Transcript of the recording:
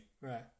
Right